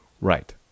Right